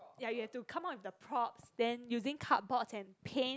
ya you have to come out with the props then using cardboard and paint